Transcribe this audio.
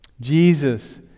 Jesus